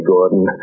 Gordon